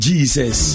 Jesus